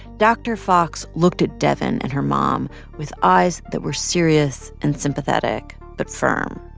dr. fox looked at devyn and her mom with eyes that were serious and sympathetic but firm.